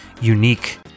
unique